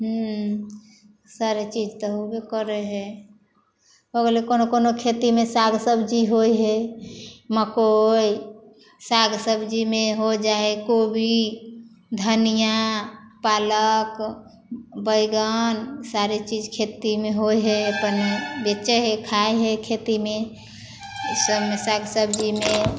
हूँ सारा चीज तऽ होबे करऽ हइ भऽ गेलै कोनो कोनो खेती शमे साग सब्जी होइ हइ मकइ साग सब्जीमे हो जाइ हइ कोबी धनियाँ पालक बैगन सारा चीज खेतीमे होइ हइ अपन बेचै हइ खाइ हइ खेतीमे ई सबमे साग सब्जीमे